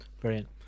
brilliant